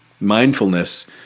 mindfulness